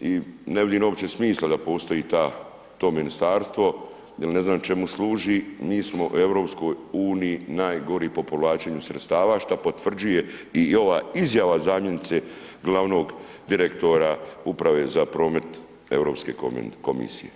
i ne vidim uopće smisla da postoji ta, to ministarstvo jel ne znam čemu služi, mi smo u Eu najgori po povlačenju sredstava šta potvrđuje i ova izjava zamjenice glavnog direktora Uprave za promet Europske komisije.